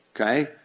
okay